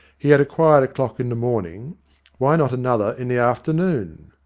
he had acquired a clock in the morning why not another in the afternoon?